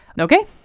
Okay